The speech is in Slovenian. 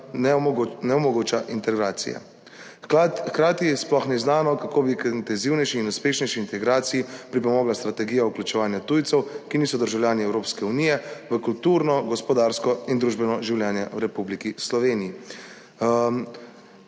ne omogoča integracije. Hkrati sploh ni znano, kako bi k intenzivnejši in uspešnejši integraciji pripomogla strategija vključevanja tujcev, ki niso državljani Evropske unije, v kulturno, gospodarsko in družbeno življenje v Republiki Sloveniji